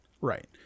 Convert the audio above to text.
Right